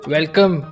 Welcome